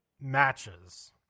matches